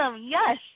Yes